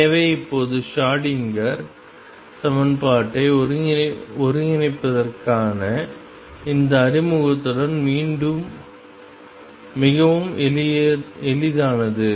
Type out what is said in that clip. எனவே இப்போது ஷ்ரோடிங்கர் சமன்பாட்டை ஒருங்கிணைப்பதற்கான இந்த அறிமுகத்துடன் மிகவும் எளிதானது